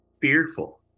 fearful